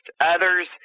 Others